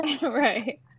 Right